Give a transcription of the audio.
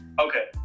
Okay